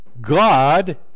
God